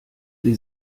sie